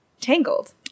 Tangled